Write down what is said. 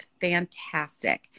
fantastic